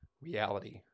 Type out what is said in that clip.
reality